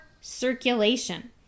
circulation